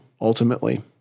ultimately